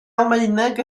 almaeneg